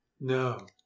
No